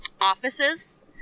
offices